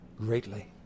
greatly